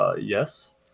Yes